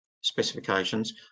specifications